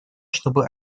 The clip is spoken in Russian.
чтобы